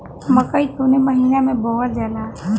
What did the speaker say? मकई कवने महीना में बोवल जाला?